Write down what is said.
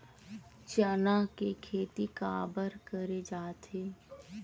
चना के खेती काबर करे जाथे?